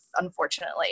unfortunately